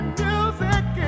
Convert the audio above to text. music